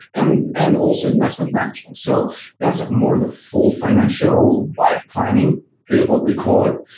and and also, investment management. so that's more the full financial life planning is what we call it.